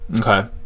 Okay